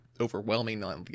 overwhelmingly